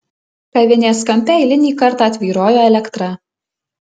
kavinės kampe eilinį kartą tvyrojo elektra